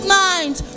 minds